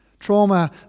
Trauma